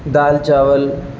دال چاول